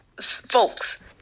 folks